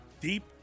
deep